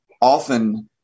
often